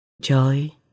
joy